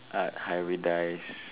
uh hybridised